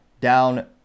down